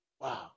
Wow